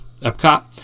Epcot